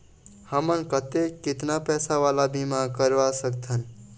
हमन कतेक कितना पैसा वाला बीमा करवा सकथन?